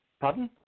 Pardon